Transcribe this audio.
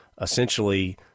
essentially